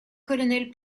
colonel